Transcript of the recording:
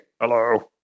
Hello